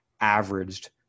averaged